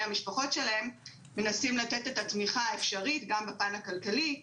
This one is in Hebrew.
המשפחות שלהם מנסים לתת את התמיכה האפשרית גם בפן הכלכלי.